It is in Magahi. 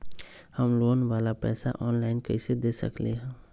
हम लोन वाला पैसा ऑनलाइन कईसे दे सकेलि ह?